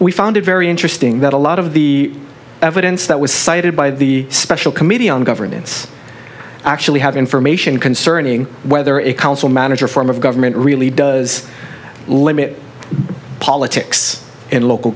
we found it very interesting that a lot of the evidence that was cited by the special committee on governance actually have information concerning whether a council manager form of government really does limit politics and local